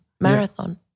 Marathon